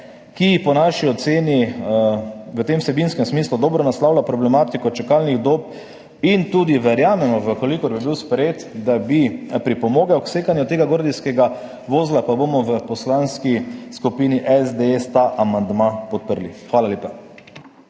ki po naši oceni v tem vsebinskem smislu dobro naslavlja problematiko čakalnih dob, in tudi verjamemo, da če bi bil sprejet, bi pripomogel k sekanju tega gordijskega vozla, pa bomo v Poslanski skupini SDS ta amandma podprli. Hvala lepa.